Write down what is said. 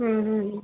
ਹਮ ਹਮ